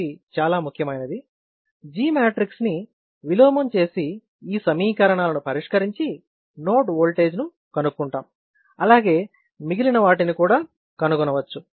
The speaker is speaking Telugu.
ఇది చాలా ముఖ్యమైనది G మ్యాట్రిక్స్ ని విలోమం చేసి ఈ సమీకరణాలను పరిష్కరించి నోడ్ ఓల్టేజ్ ను కనుక్కుంటాం అలాగే మిగిలిన వాటిని కూడా కనుగొనవచ్చు